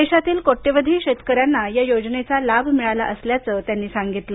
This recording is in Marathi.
देशातील कोट्यवधी शेतकऱ्यांना या योजनेचा लाभ मिळाला असल्याचं त्यांनी सांगितलं